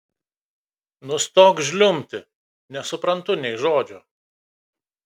nustok žliumbti nesuprantu nė žodžio